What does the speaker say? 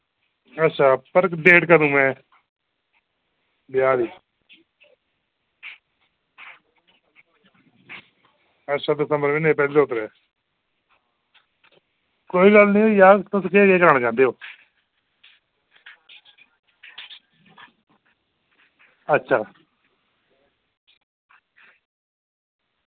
अच्छा पर डेट कदूं ऐ ब्याह् दी अच्छा दिसंबर म्हीनै दी पैह्ली दौ त्रेह् कोई गल्ल निं होई जाह्ग तुस केह् केह् कराना चाहंदे ओ अच्छा